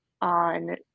on